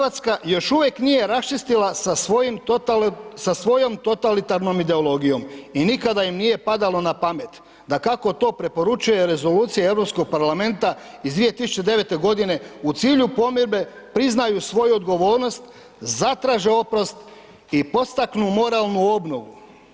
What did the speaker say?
Hrvatska još uvijek nije raščistila sa svojom totalitarnom ideologijom i nikada im nije padalo na pamet da kako to preporučuje Rezolucija Europskog parlamenta iz 2009. g. u cilju pomirbe priznaju svoju odgovornost, zatraže oprost i podstaknu moralnu obnovu.